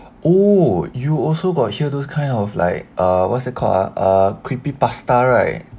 oh you also got hear those kind of like err what's that called a creepy pasta right